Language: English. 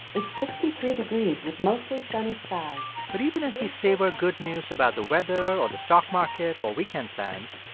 it's sixty three degrees with mostly sunny skies but even as we savor good news about the weather or the stock market or weekend plans,